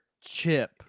Chip